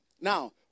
Now